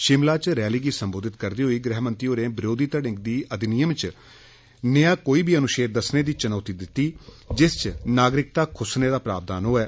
शिमला च रैली गी संबोधित करदे होई गृहमंत्री होरें विरोधी तड़े गी अधिनियम च नेहा कोई बी अनुच्छेद दस्सने दी चुनौती दित्ती जिस च नागरिकता खुसने दा प्रावधान होये